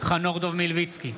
חנוך דב מלביצקי,